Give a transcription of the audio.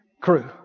Crew